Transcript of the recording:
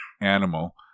animal